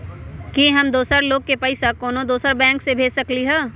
कि हम दोसर लोग के पइसा कोनो दोसर बैंक से भेज सकली ह?